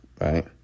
right